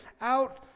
out